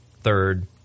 third